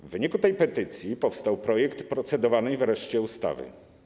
W wyniku tej petycji powstał projekt procedowanej wreszcie ustawy.